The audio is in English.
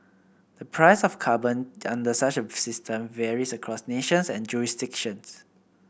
the price of carbon under such a system varies across nations and jurisdictions